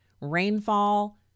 rainfall